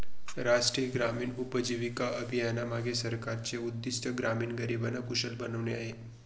राष्ट्रीय ग्रामीण उपजीविका अभियानामागे सरकारचे उद्दिष्ट ग्रामीण गरिबांना कुशल बनवणे आहे